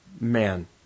man